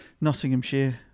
Nottinghamshire